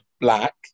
black